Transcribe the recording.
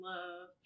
Love